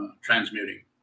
transmuting